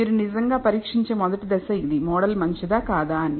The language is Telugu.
మీరు నిజంగా పరీక్షించే మొదటి దశ ఇది మోడల్ మంచిదా కాదా అని